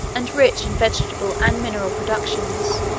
and rich in vegetable and mineral productions,